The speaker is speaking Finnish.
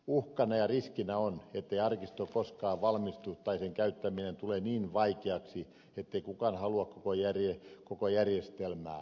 uhkana ja riskinä on ettei arkisto koskaan valmistu tai että sen käyttäminen tulee niin vaikeaksi ettei kukaan halua koko järjestelmää